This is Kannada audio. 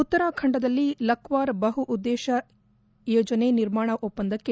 ಉತ್ತರಾಖಂಡದಲ್ಲಿ ಲಕ್ಷರ್ ಬಹು ಉದ್ದೇಶದ ಯೋಜನೆ ನಿರ್ಮಾಣ ಒಪ್ಪಂದಕ್ಕೆ